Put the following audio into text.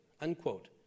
unquote